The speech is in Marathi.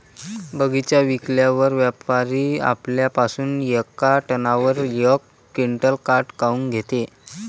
बगीचा विकल्यावर व्यापारी आपल्या पासुन येका टनावर यक क्विंटल काट काऊन घेते?